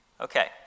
Okay